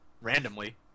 randomly